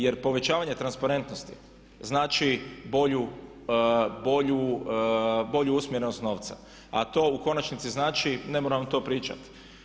Jer povećavanje transparentnosti znači bolju usmjerenost novca, a to u konačnici znači ne moram vam to pričati.